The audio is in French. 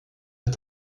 est